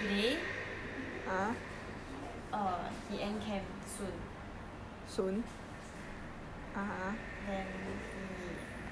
today err he end camp soon then he